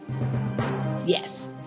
Yes